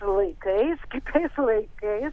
laikais kitais laikais